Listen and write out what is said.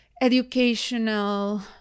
educational